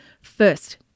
First